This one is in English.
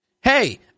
Hey